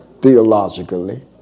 theologically